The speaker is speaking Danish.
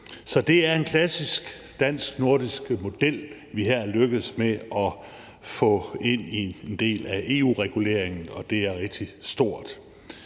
Så det er en klassisk dansk-nordisk model, vi her er lykkedes med at få ind i en del af EU-reguleringen, og det er rigtig stort.